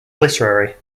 literary